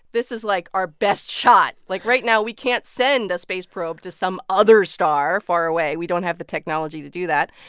this is, like, our best shot. like, right now, we can't send a space probe to some other star far away. we don't have the technology to do that.